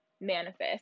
Manifest